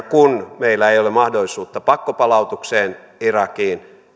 kun meillä ei ole mahdollisuutta pakkopalautukseen irakiin